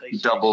double